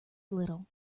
little